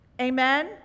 Amen